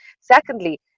Secondly